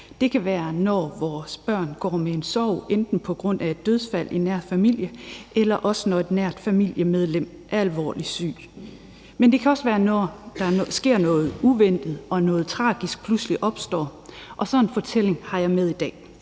Det kan være, når vores børn går med en sorg, enten på grund af et dødsfald i den nære familie, eller fordi et nært familiemedlem er alvorligt syg. Det kan også være, når der sker noget uventet og noget tragisk pludselig opstår, og sådan en fortælling har jeg med i dag.